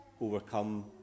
Overcome